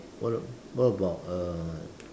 what what about uh